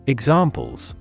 Examples